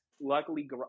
Luckily